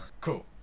Cool